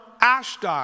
Ashdod